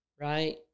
right